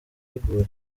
riguye